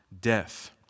death